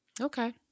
okay